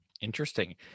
Interesting